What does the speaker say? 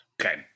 Okay